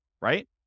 right